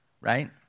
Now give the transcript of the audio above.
right